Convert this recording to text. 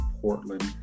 Portland